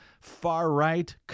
far-right